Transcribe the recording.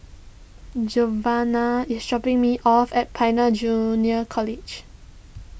Giovanna is dropping me off at Pioneer Junior College